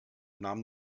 nahm